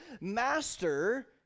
Master